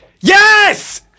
YES